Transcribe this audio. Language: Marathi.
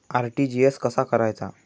आर.टी.जी.एस कसा करायचा?